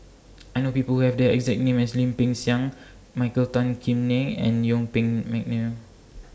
I know People Who Have The exact name as Lim Peng Siang Michael Tan Kim Nei and Yuen Peng Mcneice